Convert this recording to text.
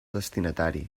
destinatari